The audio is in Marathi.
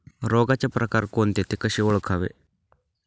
रोगाचे प्रकार कोणते? ते कसे ओळखावे?